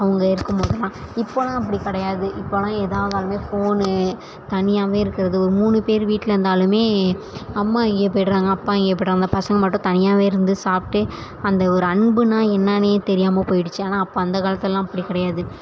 அவங்க இருக்கும் போதெல்லாம் இப்போல்லாம் அப்படி கிடையாது இப்போல்லாம் ஏதா ஆனாலும் ஃபோனு தனியாகவே இருக்கிறது ஒரு மூணு பேர் வீட்டில் இருந்தாலும் அம்மா எங்கேயோ போயிடறாங்க அப்பா எங்கேயோ போயிடறாங்க அந்த பசங்கள் மட்டும் தனியாகவே இருந்து சாப்பிட்டு அந்த ஒரு அன்புன்னால் என்னான்னே தெரியாமல் போயிடிச்சு ஆனால் அப்போ அந்த காலத்தில்லாம் அப்படி கிடையாது